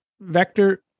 vector